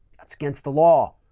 that's against the law.